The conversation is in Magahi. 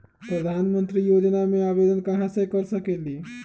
प्रधानमंत्री योजना में आवेदन कहा से कर सकेली?